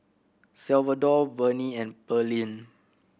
Salvador Vernie and Pearlene